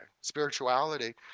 Spirituality